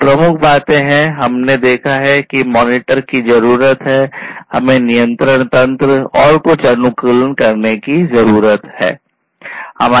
ये प्रमुख बातें हैं हमने देखा है कि हमें मॉनिटर की जरूरत है हमें नियंत्रण तंत्र तथा कुछ अनुकूलन करने की जरूरत है